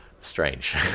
strange